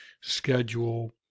schedule